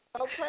Okay